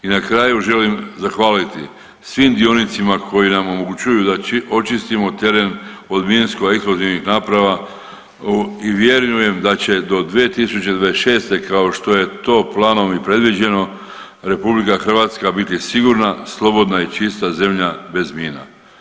I na kraju želim zahvaliti svim dionicima koji nam omogućuju da očistimo teren od minsko eksplozivnih naprava i vjerujem da će do 2026. kao što je to planom i predviđeno RH biti sigurna, slobodna i čista zemlja bez mina.